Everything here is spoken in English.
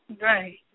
Right